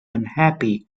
unhappy